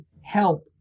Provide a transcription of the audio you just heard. help